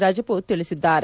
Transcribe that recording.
ರಜಪೂತ್ ತಿಳಿಸಿದ್ದಾರೆ